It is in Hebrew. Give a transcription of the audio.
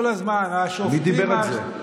כל הזמן, השופטים, מי דיבר על זה?